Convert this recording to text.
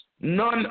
none